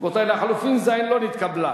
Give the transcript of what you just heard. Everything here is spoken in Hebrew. רבותי, לחלופין ה' לא נתקבלה.